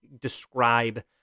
describe